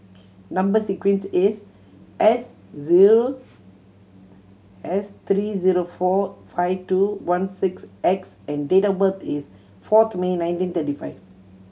number sequence is S zero S three zero four five two one six X and date of birth is fourth May nineteen thirty five